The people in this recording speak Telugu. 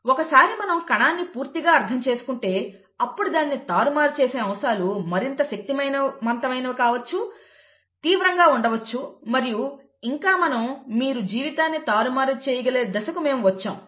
ఒకసారి మనం కణాన్ని పూర్తిగా అర్థం చేసుకుంటే అప్పుడు దానిని తారుమారు చేసే అంశాలు మరింత శక్తివంతమైనవి కావచ్చు తీవ్రంగా ఉండవచ్చు మరియు ఇంకా మనం మీరు జీవితాన్ని తారుమారు చేయగల దశకు మేము వచ్చాము